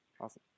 Awesome